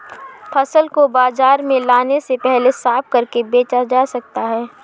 फसल को बाजार में लाने से पहले साफ करके बेचा जा सकता है?